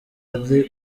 ari